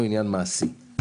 הוא מעשי.